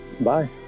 Bye